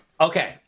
okay